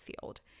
field